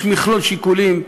יש מכלול שיקולים.